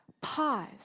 pause